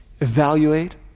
evaluate